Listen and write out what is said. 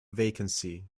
vacancy